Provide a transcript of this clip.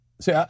See